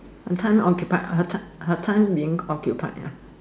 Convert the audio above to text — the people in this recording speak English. her time occupied her time being occupied ah